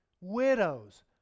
widows